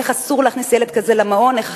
איך אסור להכניס ילד כזה למעון ואיך